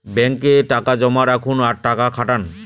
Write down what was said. ব্যাঙ্কে টাকা জমা রাখুন আর টাকা খাটান